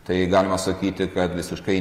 tai galima sakyti kad visiškai